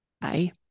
Bye